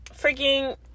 freaking